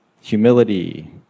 humility